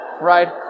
Right